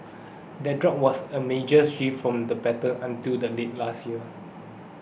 that drop was a major shift from the pattern until late last year